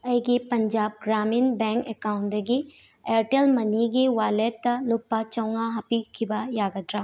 ꯑꯩꯒꯤ ꯄꯟꯖꯥꯞ ꯒ꯭ꯔꯥꯃꯤꯟ ꯕꯦꯡ ꯑꯦꯛꯀꯥꯎꯟꯇꯒꯤ ꯏꯌꯥꯔꯇꯦꯜ ꯃꯅꯤꯒꯤ ꯋꯥꯜꯂꯦꯠꯇ ꯂꯨꯄꯥ ꯆꯥꯝꯃꯉꯥ ꯍꯥꯞꯄꯤꯈꯤꯕ ꯌꯥꯒꯗ꯭ꯔꯥ